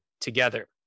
together